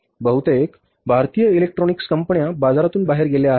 बहुतेक भारतीय इलेक्ट्रॉनिक्स कंपन्या बाजारातून बाहेर गेल्या आहेत